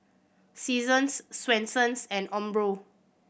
Seasons Swensens and Umbro